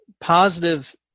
positive